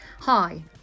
Hi